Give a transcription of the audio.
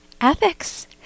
ethics